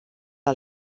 del